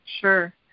Sure